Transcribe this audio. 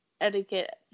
etiquette